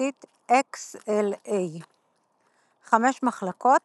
התורשתית XLA. חמש מחלקות